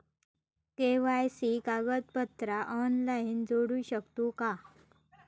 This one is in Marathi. के.वाय.सी कागदपत्रा ऑनलाइन जोडू शकतू का?